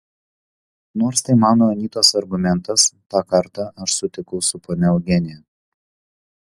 nors tai mano anytos argumentas tą kartą aš sutikau su ponia eugenija